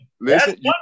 Listen